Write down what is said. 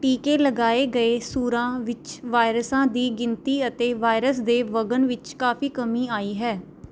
ਟੀਕੇ ਲਗਾਏ ਗਏ ਸੂਰਾਂ ਵਿੱਚ ਵਾਇਰਸਾਂ ਦੀ ਗਿਣਤੀ ਅਤੇ ਵਾਇਰਸ ਦੇ ਵਗਣ ਵਿੱਚ ਕਾਫ਼ੀ ਕਮੀ ਆਈ ਹੈ